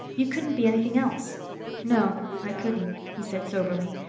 you couldn't be anything else no, i couldn't he said soberly.